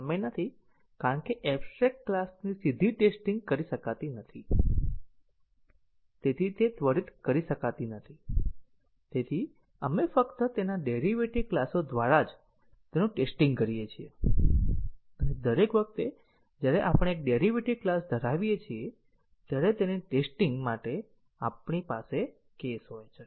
આપણે નથી કારણ કે એબસ્ટ્રેકટ ક્લાસની સીધી ટેસ્ટીંગ કરી શકાતી નથી તે ત્વરિત કરી શકાતી નથી આપણે ફક્ત તેના ડેરીવેટીવ ક્લાસો દ્વારા જ તેનું ટેસ્ટીંગ કરીએ છીએ અને દરેક વખતે જ્યારે આપણે એક ડેરીવેટીવ ક્લાસ ધરાવીએ છીએ ત્યારે તેની ટેસ્ટીંગ માટે આપણી પાસે કેસ હોય છે